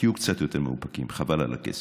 תהיו קצת יותר מאופקים, חבל על הכסף.